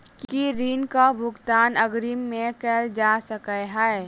की ऋण कऽ भुगतान अग्रिम मे कैल जा सकै हय?